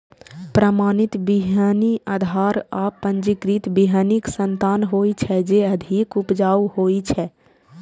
प्रमाणित बीहनि आधार आ पंजीकृत बीहनिक संतान होइ छै, जे अधिक उपजाऊ होइ छै